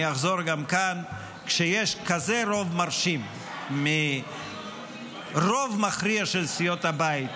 אני אחזור גם כאן: כשיש כזה רוב מרשים מרוב מכריע של סיעות הבית,